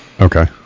Okay